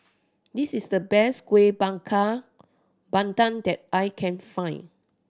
this is the best Kueh Bakar Pandan that I can find